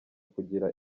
kugira